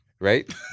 Right